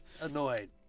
annoyed